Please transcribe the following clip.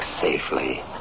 safely